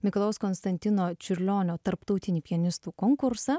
mikalojaus konstantino čiurlionio tarptautinį pianistų konkursą